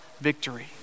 victory